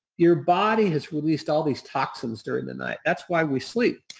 your body has released all these toxins during the night. that's why we sleep.